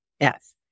Yes